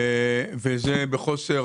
וזה בחוסר.